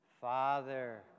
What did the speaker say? Father